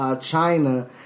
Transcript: China